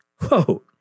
Whoa